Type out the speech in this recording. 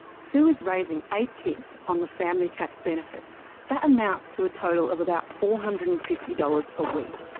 sue is raising eight kids on the family tax benefit that amounts to a total of about four hundred and fifty dollars a week.